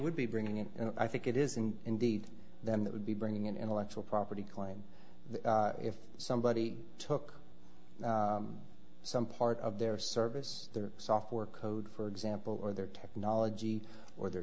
would be bringing it i think it is and indeed then that would be bringing an intellectual property claim that if somebody took some part of their service their software code for example or their technology or their